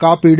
காப்பீடு